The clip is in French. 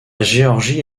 géorgie